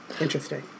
Interesting